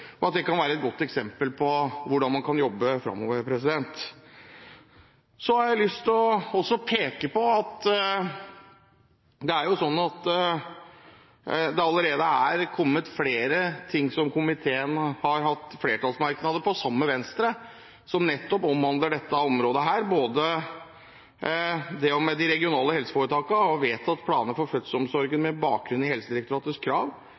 og at det kan være et godt eksempel på hvordan man kan jobbe framover. Jeg har lyst til å peke på at det allerede har kommet flere saker der komiteen har hatt flertallsmerknader sammen med Venstre, og som nettopp omhandler dette området, både det med de regionale helseforetakene og vedtatte planer for fødselsomsorgen med bakgrunn i Helsedirektoratets krav,